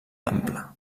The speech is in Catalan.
ample